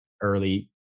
early